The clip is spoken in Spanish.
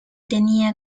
tenía